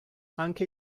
anche